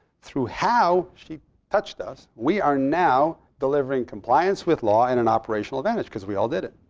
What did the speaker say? through how she touched us, we are now delivering compliance with law and an operational advantage, because we all did it.